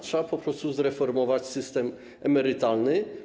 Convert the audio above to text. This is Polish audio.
Trzeba po prostu zreformować system emerytalny.